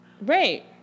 Right